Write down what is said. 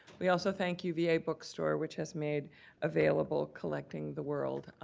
we also thank uva bookstore, which has made available collecting the world,